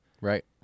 Right